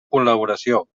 col·laboració